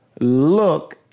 look